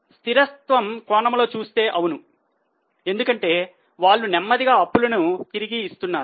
స్థిరత్వం కోణముతో చూస్తే అవును ఎందుకంటే వాళ్లు నెమ్మదిగా అప్పులను తిరిగి ఇస్తున్నారు